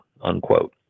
unquote